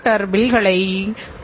இது சேவை அடிப்படையிலான அமைப்பு